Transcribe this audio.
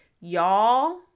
Y'all